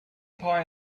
pie